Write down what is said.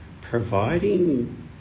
providing